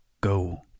Go